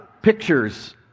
Pictures